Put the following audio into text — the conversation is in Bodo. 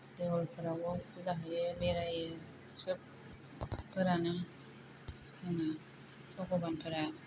देवलफोरावबो फुजा होयो बेरायो सोबफोरानो बिदिनो भगबानफोरा